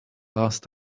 last